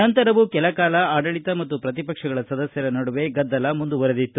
ನಂತರವೂ ಕೆಲಕಾಲ ಆಡಳಿತ ಮತ್ತು ಪ್ರತಿಪಕ್ಷಗಳ ಸದಸ್ಯರ ನಡುವೆ ಗದ್ದಲ ಮುಂದುವರೆದಿತ್ತು